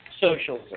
socialism